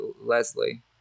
Leslie